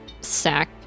sack